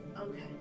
Okay